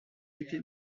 été